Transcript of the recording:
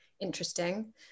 interesting